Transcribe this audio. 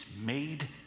made